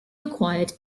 required